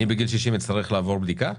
בגיל 60 אני אצטרך לעבור בדיקה?